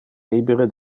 libere